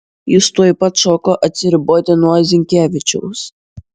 jis tuoj pat šoko atsiriboti nuo zinkevičiaus